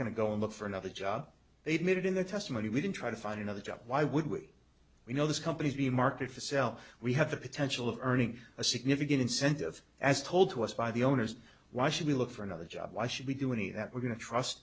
going to go and look for another job they did in the testimony we didn't try to find another job why would we we know this company to be marketed to sell we have the potential of earning a significant incentive as told to us by the owners why should we look for another job why should we do any of that we're going to trust